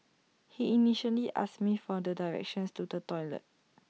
he initially asked me for the directions to the toilet